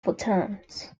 photons